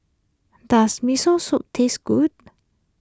does Miso Soup taste good